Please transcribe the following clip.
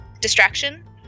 distraction